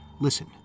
Listen